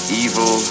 evil